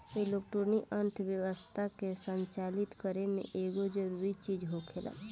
liquidity अर्थव्यवस्था के संचालित करे में एगो जरूरी चीज होखेला